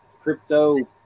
crypto